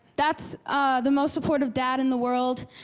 that's the most supportive dad in the world.